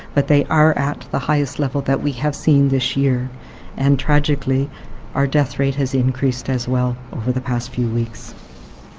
but they are at the highest level we have seen this year and tragically our death rate has increased as well over the past few weeks.